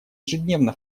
ежедневно